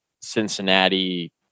Cincinnati